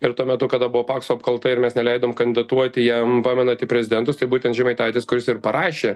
ir tuo metu kada buvo pakso apkalta ir mes neleidom kandidatuoti jam pamenat į prezidentus tai būtent žemaitaitis kuris ir parašė